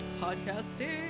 Podcasting